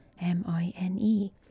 M-I-N-E